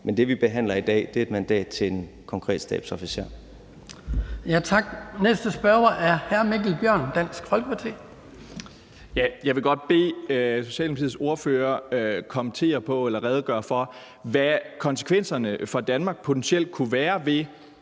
Men det, vi behandler i dag, er et mandat til en konkret stabsofficer.